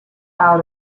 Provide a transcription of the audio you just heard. out